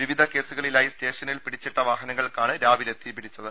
വിവിധ കേസുകളിലായി സ്റ്റേഷനിൽ പിടിച്ചിട്ട വാഹനങ്ങൾക്കാണ് രാവിലെ തീപിടിച്ചത്